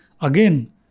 Again